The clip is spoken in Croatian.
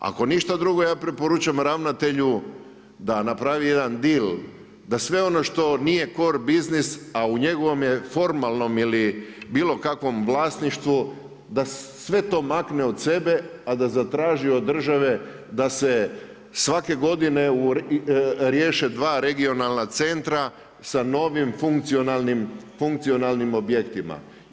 Ako ništa drugo ja preporučam ravnatelju da napravi jedan deal da sve ono što nije core business a u njegovom je formalnom ili bilo kakvom vlasništvu da sve to makne od sebe a da zatraži od države da se svake godine riješe dva regionalna centra sa novim funkcionalnim objektima.